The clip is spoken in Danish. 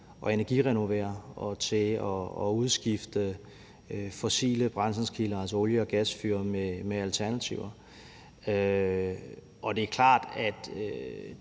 at energirenovere og til at udskifte de fossile brændselskilder, altså olie- og gasfyr, med alternativer, og det er klart, at